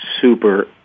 Super